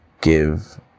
give